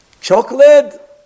Chocolate